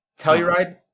Telluride